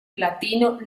platino